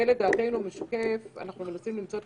זה לדעתנו משקף אנחנו מנסים למצוא את